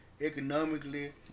economically